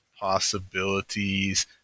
possibilities